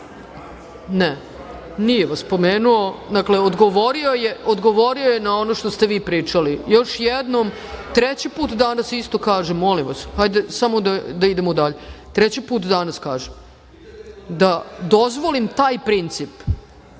da, nije vas pomenuo, odgovorio je na ono što ste vi pričali, još jednom, treći put danas isto kažem, molim vas, hajde da idemo dalje. Treći put danas kažem da dozvolim taj princip,